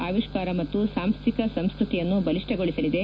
ಆವಿಷ್ಕಾರ ಮತ್ತು ಸಾಂಸ್ಲಿಕ ಸಂಸ್ತತಿಯನ್ನು ಬಲಿಷ್ಕಗೊಳಿಸಲಿದೆ